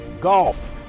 golf